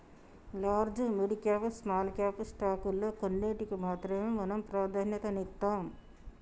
large, mid cap, small cap స్టాకుల్లో కొన్నిటికి మాత్రమే మనం ప్రాధన్యతనిత్తాం